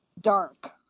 dark